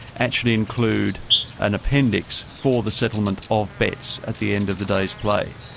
actually include an appendix for the settlement of bets at the end of the day's play.